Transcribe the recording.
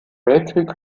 weltkrieg